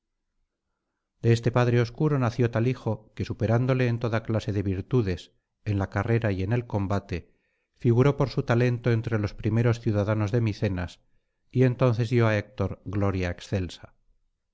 de este padre obscuro nació tal hijo que superándole en toda clase de virtudes en la carrera y en el combate figuró por su talento entre los primeros ciudadanos de micenas y entonces dio á héctor gloria excelsa